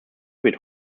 wird